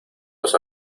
los